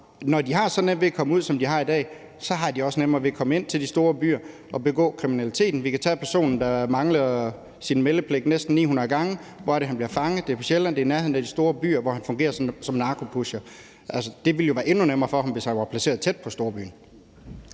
når de har så nemt ved at komme ud, som de har i dag, så har de også nemmere ved at komme ind til de store byer og begå kriminaliteten. Vi kan tage den person, der manglede at opfylde sin meldepligt næsten 900 gange. Hvor er det, han bliver fanget? Det er på Sjælland. Det er i nærheden af en af de store byer, hvor han fungerer som narkopusher. Det ville jo være endnu nemmere for ham, hvis han var placeret tæt på storbyen.